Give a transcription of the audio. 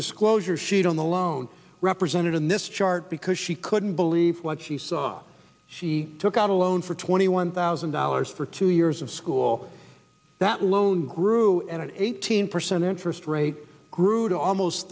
disclosure sheet on the loan represented in this chart because she couldn't believe what she saw she took out a loan for twenty one thousand dollars for two years of school that loan grew and at eighteen percent interest rate grew to almost